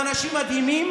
אתם אנשים מדהימים,